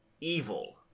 evil